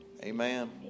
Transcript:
Amen